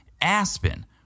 Aspen